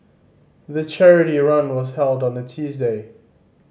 the charity run was held on a Tuesday